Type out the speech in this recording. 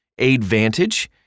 AidVantage